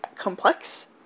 complex